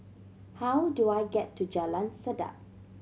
how do I get to Jalan Sedap